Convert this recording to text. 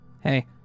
Hey